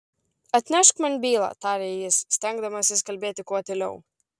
atnešk man bylą tarė jis stengdamasis kalbėti kuo tyliau